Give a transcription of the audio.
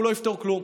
והוא לא יפתור כלום.